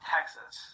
Texas